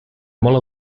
molt